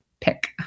pick